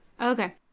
Okay